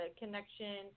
connection